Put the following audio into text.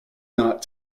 not